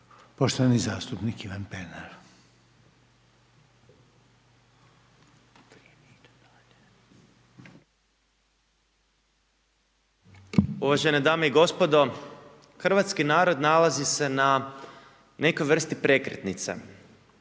Ivan (Živi zid)** Uvažene dame i gospodo, hrvatski narod nalazi se na nekoj vrsti prekretnice.